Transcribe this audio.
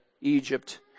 Egypt